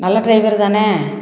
நல்ல டிரைவர் தானே